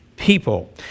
People